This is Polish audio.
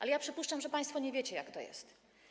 Ale przypuszczam, że państwo nie wiecie, jak to jest.